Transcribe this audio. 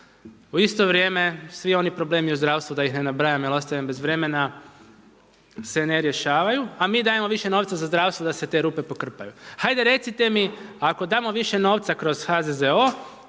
U isto vrijeme svi oni problemi u zdravstvu da ih ne nabrajam jer ostajem bez vremena se ne rješavaju a mi dajemo više novca za zdravstvo da se te rupe pokrpaju. Hajde recite mi ako damo više novca kroz HZZO